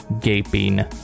gaping